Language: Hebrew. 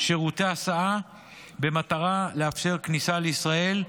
שירותי הסעה במטרה לאפשר כניסה לישראל.